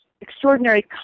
extraordinary